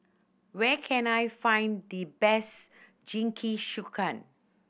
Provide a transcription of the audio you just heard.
where can I find the best Jingisukan